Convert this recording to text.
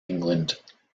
england